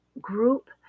group